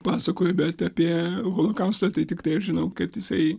pasakojo bet apie holokaustą tai tiktai žinau kad jisai